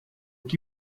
que